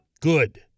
good